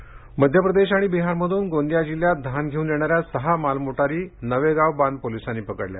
गोंदिया मध्यप्रदेश आणि बिहारमधून गोंदिया जिल्ह्यात धान घेऊन येणाऱ्या सहा मालमोटारी नवेगावबांध पोलिसांनी पकडल्या